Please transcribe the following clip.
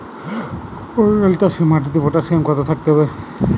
পটল চাষে মাটিতে পটাশিয়াম কত থাকতে হবে?